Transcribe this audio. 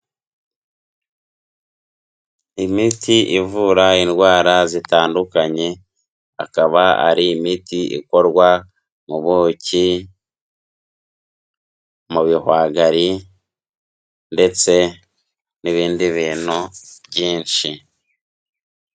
Imiti ivura indwara zitandukanye akaba ari imiti ikorwa mu buki, mu bihwagari ndetse n'ibindi bintu byinshi.